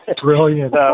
Brilliant